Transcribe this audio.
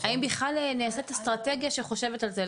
האם בכלל נעשית אסטרטגיה שחושבת על זה,